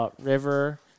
River